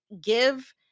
give